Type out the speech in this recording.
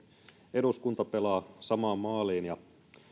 eduskunta pelaa samaan maaliin